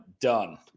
done